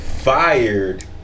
fired